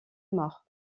mort